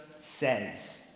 Says